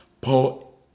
Paul